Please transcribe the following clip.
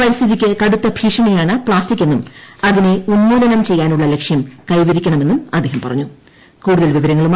പരിസ്ഥിതിയ്ക്ക് കടുത്ത ഭീഷണിയാണ് പ്ലാസ്റ്റിക്കെന്നും അതിനെ ഉന്മൂലം ചെയ്യാനുള്ള ലക്ഷ്യം കൈവരിക്കണമെന്നും അദ്ദേഹം പറഞ്ഞു